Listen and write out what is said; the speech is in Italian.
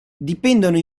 dipendono